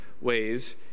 ways